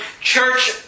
church